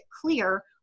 clear